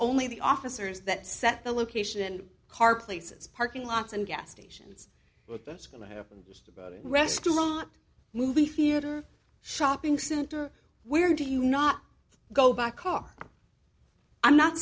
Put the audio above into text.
only the officers that set the location and car places parking lots and gas stations but that's going to happen just about a restaurant movie theater shopping center where do you not go back car i'm not